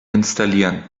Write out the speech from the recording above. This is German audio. installieren